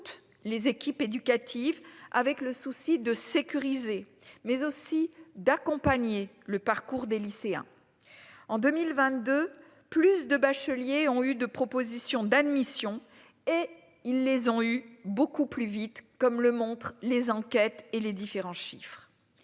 les équipes éducatives, avec le souci de sécuriser, mais aussi d'accompagner le parcours des lycéens en 2022 plus de bacheliers ont eu de proposition d'admission et ils les ont eu beaucoup plus vite, comme le montrent les enquêtes et les différents chiffres